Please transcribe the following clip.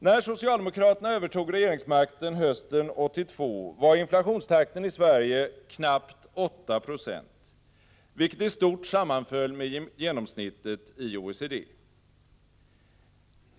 När socialdemokraterna övertog regeringsmakten hösten 1982 var inflationstakten i Sverige knappt 8 26, vilket i stort sammanföll med genomsnittet i OECD.